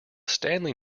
stanley